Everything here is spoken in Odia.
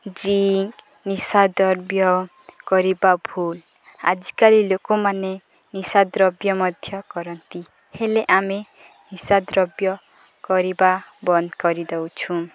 ଡ୍ରିଙ୍କ ନିଶାଦ୍ରବ୍ୟ କରିବା ଭୁଲ ଆଜିକାଲି ଲୋକମାନେ ନିଶା ଦ୍ରବ୍ୟ ମଧ୍ୟ କରନ୍ତି ହେଲେ ଆମେ ନିଶାଦ୍ରବ୍ୟ କରିବା ବନ୍ଦ କରିଦେଉଛୁଁ